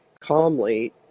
calmly